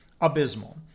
abysmal